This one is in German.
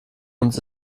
uns